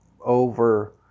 over